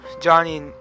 Johnny